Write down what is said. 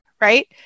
right